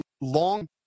long